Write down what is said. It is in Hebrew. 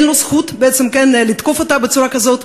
אין לו זכות לתקוף אותה בצורה כזאת.